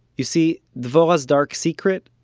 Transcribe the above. you see, dvorah's dark secret?